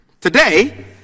Today